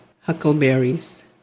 huckleberries